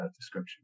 description